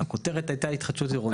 הכותרת הייתה התחדשות עירונית.